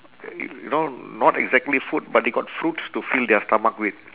you know not exactly food but they got fruits to fill their stomach with